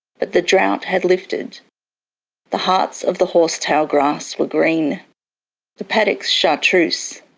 but the drought had lifted the hearts of the horse-tail grass were green the paddocks chartreuse,